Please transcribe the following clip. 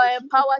empower